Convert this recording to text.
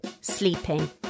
sleeping